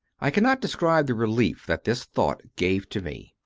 i cannot describe the relief that this thought gave to me.